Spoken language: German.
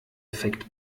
effekt